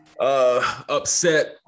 upset